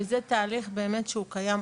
וזה תהליך באמת שהוא קיים,